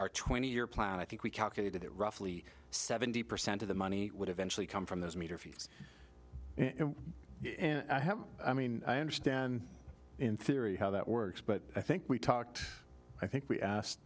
r twenty year plan i think we calculated it roughly seventy percent of the money would eventually come from those major fields and i mean i understand in theory how that works but i think we talked i think we asked